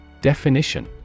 Definition